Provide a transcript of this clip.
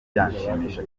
byanshimisha